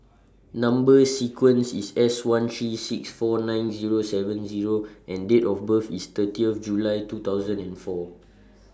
Number sequence IS S one three six four nine Zero seven Zero and Date of birth IS thirtieth July two thousand and four